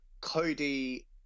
Cody